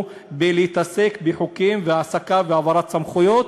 בלהתעסק בחוקים והעסקה והעברת סמכויות,